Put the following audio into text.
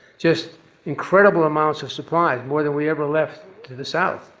just incredibly amounts of supply, more than we ever left to the south.